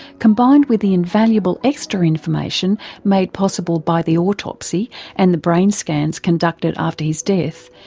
combined with the invaluable extra information made possible by the autopsy and the brain scans conducted after his death,